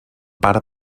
part